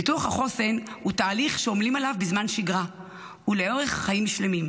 פיתוח החוסן הוא תהליך שעמלים עליו בזמן שגרה ולאורך חיים שלמים,